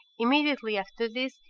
immediately after this,